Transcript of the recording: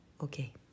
Okay